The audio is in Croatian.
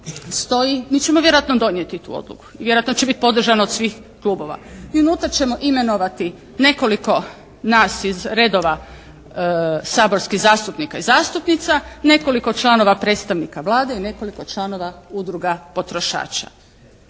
mi ćemo vjerojatno donijeti tu odluku i vjerojatno će biti podržana od svih klubova i unutra ćemo imenovati nekoliko nas iz redova saborskih zastupnika i zastupnica, nekoliko članova predstavnika Vlade i nekoliko članova udruga potrošača.